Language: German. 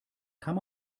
kann